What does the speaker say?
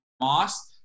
Moss